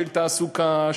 של תעסוקה,